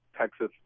Texas